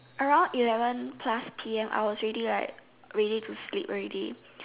around eleven plus P_M I was already like ready to sleep already